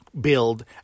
build